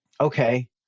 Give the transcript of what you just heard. okay